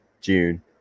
June